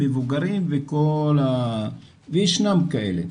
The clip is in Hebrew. מבוגרים וישנם כאלה.